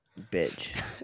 Bitch